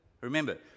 remember